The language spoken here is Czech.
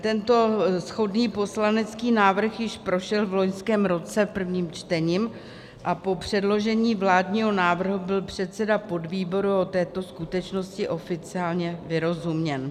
Tento shodný poslanecký návrh již prošel v loňském roce prvním čtením a po předložení vládního návrhu byl předseda podvýboru o této skutečnosti oficiálně vyrozuměn.